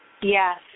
Yes